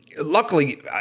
Luckily